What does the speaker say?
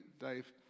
Dave